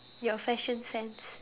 your fashion sense